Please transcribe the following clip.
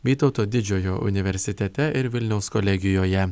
vytauto didžiojo universitete ir vilniaus kolegijoje